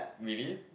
really